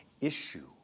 issue